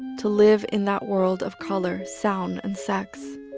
to live in that world of color, sound and sex.